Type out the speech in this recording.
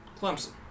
Clemson